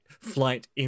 flight